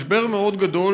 משבר מאוד גדול,